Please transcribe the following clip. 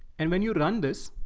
and when you run this,